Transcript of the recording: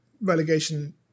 relegation